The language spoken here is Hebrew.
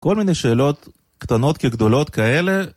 כל מיני שאלות, קטנות כגדולות כאלה.